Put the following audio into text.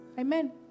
Amen